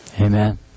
Amen